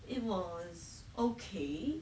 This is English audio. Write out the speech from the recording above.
it was okay